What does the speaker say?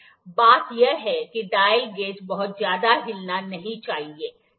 बात यह है कि डायल गेज बहुत ज्यादा हिलना नहीं चाहिए ठीक है